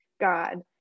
God